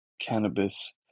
cannabis